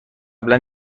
قبلا